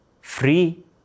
free